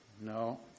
No